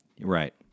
Right